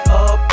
up